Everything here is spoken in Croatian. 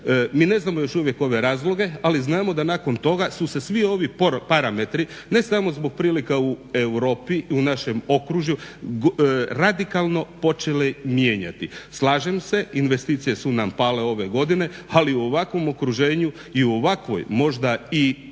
Mi ne znamo još uvijek ove razloge ali znamo da nakon toga su se svi ovi parametri ne smo zbog prilika u Europi i u našem okružju radikalno počele mijenjati. Slažem se, investicije su nam pale ove godine, ali u ovakvom okruženju i u ovakvoj, možda i